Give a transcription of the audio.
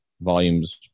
volumes